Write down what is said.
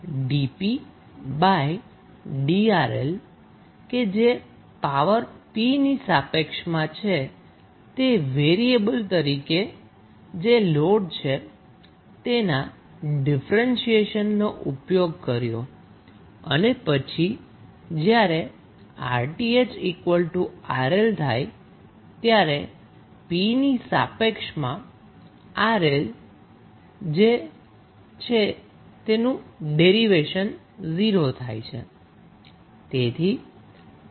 આપણે dpdRL કે જે પાવર 𝑝 ની સાપેક્ષમાં તે વેરીએબલ તરીકે જે લોડ છે તેના ડિફરેન્શીએશન નો ઉપયોગ કર્યો અને પછી જ્યારે 𝑅𝑇ℎ𝑅𝐿 થાય ત્યારે p ની સાપેક્ષમાં 𝑅𝐿 જે છે તેનું ડેરીવેશન 0 થાય છે